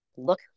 look